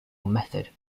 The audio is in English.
method